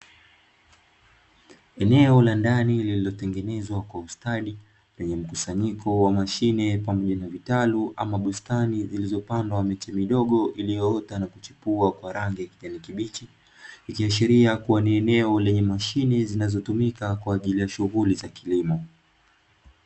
Eneo la ndani lililotengenezwa kwa ustadi lenye mkusanyiko wa mashine pamoja na vitalu ama bustani. Zilizopandwa miche midogo iliyoota na kuchepua kwa rangi ya kijani kibichi, ikiashira ni eneo lenye mashine zinazotumika kwa shughuli za kilimo.